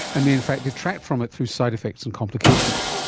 and may in fact detract from it through side effects and complications.